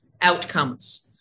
outcomes